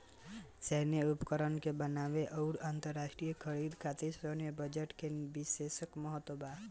सैन्य उपकरण के बनावे आउर अंतरराष्ट्रीय खरीदारी खातिर सैन्य बजट के बिशेस महत्व बा